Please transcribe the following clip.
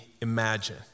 imagine